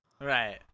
right